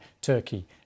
Turkey